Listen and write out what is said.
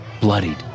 bloodied